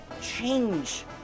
change